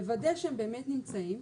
לוודא שהם באמת נמצאים.